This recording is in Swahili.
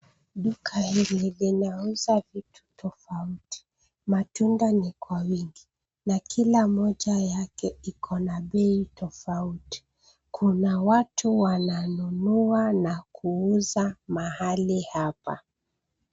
Duka hili linauza vitu tofauti. Matunda ni kwa wingi na kila moja yake iko na bei tofauti. Kuna watu wananunua na kuuza mahali hapa.